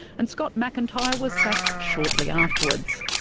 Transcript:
and scott mcintyre was sacked shortly afterwards.